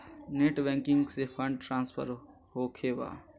Net banking से fund transfer होखें बा?